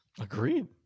Agreed